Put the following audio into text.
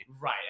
Right